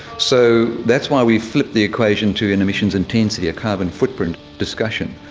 so that's why we flipped the equation to an emissions intensity, a carbon footprint discussion,